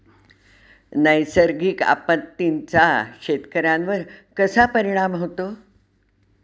नैसर्गिक आपत्तींचा शेतकऱ्यांवर कसा परिणाम होतो?